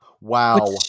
Wow